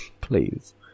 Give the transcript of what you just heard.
Please